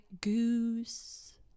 goose